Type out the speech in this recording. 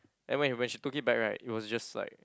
and when when she took it back right it was just like